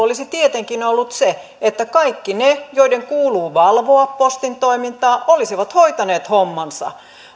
olisi tietenkin ollut se että kaikki ne joiden kuuluu valvoa postin toimintaa olisivat hoitaneet hommansa